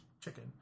chicken